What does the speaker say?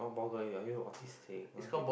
not ball girl are you autistic